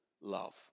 love